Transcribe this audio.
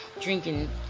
drinking